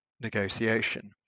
negotiation